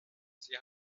sie